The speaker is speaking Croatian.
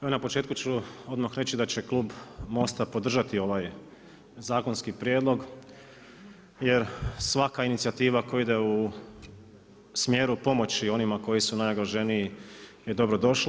Evo na početku ću odmah reći da će klub MOST-a podržati ovaj zakonski prijedlog jer svaka inicijativa koja ide u smjeru pomoći onima koji su najugroženiji je dobro došla.